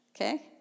Okay